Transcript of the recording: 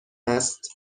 است